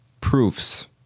Proofs